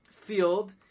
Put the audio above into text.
field